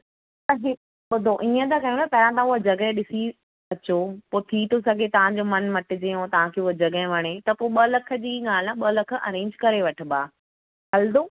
ॿुधो हीअं था कयूं न पहिरों त हूअ जॻहि ॾिसी अचो पऐ थी थो सघे तव्हां जो मन मटिजेव तव्हां खे हू जॻहि वणे ॿ लख जी ॻाल्हि आहे ॿ लख अरेंज करे वठिबा हलंदो